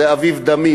זה יותר אביב דמים.